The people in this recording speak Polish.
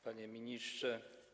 Panie Ministrze!